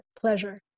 pleasure